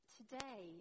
today